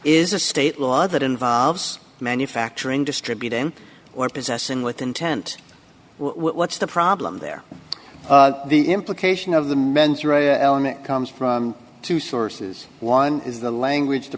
is a state law that involves manufacturing distributing or possessing with intent what's the problem there the implication of the mens rea element comes from two sources one is the language t